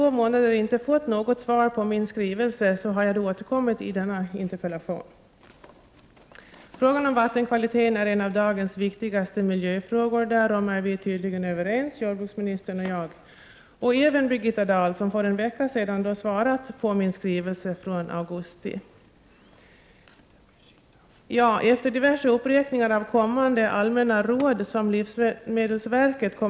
Interpellationen har överlämnats till mig. Dricksvattnet är ett av våra viktigaste livsmedel.